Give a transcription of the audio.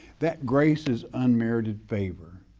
that grace is unmerited favor,